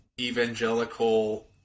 evangelical